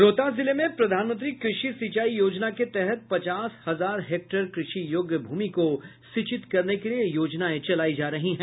रोहतास जिले में प्रधानमंत्री कृषि सिंचाई योजना के तहत पचास हजार हेक्टेयर कृषि योग्य भूमि को सिंचित करने के लिए योजनाएं चलाई जा रही हैं